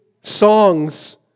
songs